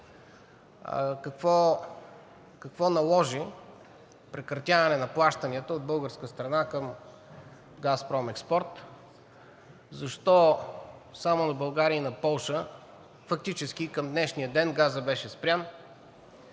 Какво наложи прекратяване на плащанията от българска страна към „Газпром Експорт“? Защо само на България и на Полша фактически към днешния ден газът беше спрян,